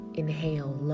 inhale